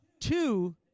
two